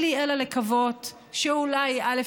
אין לי אלא לקוות שאולי, א.